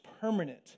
permanent